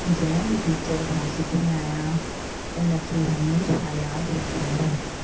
जंहिं बि टीचर खां सिखी आहियां हुनखे हमेशह यादि रखंदमि